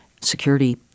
security